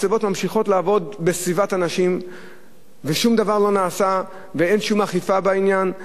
ממשיכות לעבוד בסביבת אנשים ושום דבר לא נעשה ואין שום אכיפה בעניין.